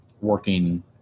working